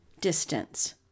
distance